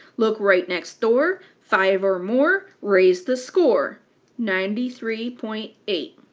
look right next door. five or more, raise the score ninety three point eight.